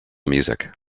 music